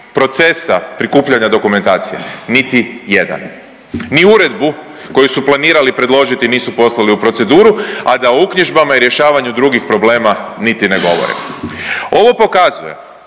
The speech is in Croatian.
procesa prikupljanja dokumentacije? Niti jedan, ni uredbu koju su planirali predložiti nisu poslali u proceduru, a da o uknjižbama i rješavanju drugih problema niti ne govorimo. Ovo pokazuje